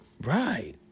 Right